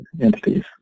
entities